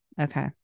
okay